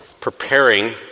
preparing